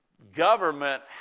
government